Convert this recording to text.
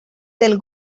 del